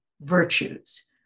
virtues